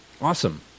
awesome